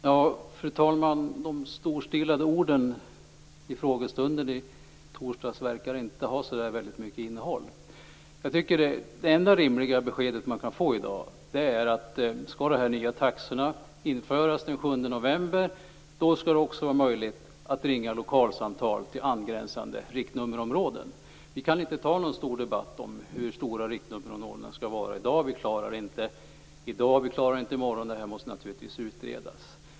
Fru talman! De storstilade orden i frågestunden i torsdags verkar inte ha så mycket innehåll. Jag tycker att det enda rimliga beskedet som man kan få i dag är att om de nya taxorna skall införas den 7 november skall det också vara möjligt att ringa lokalsamtal till angränsande riktnummerområden. Vi kan inte föra någon stor debatt i dag om hur stora riktnummerområdena skall vara. Vi klarar det inte i dag, och vi klarar det inte i morgon, utan detta måste naturligtvis utredas.